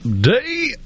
Day